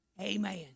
Amen